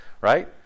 right